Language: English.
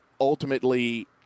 Ultimately